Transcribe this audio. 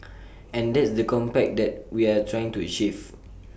and that's the compact that we are trying to achieve